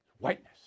whiteness